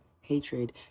hatred